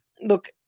look